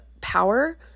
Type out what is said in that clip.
power